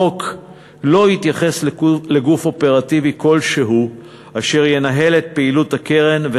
החוק לא התייחס לגוף אופרטיבי כלשהו אשר ינהל את פעילות הקרן,